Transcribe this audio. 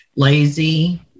Lazy